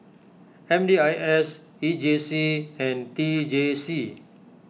M D I S E J C and T J C